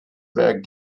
were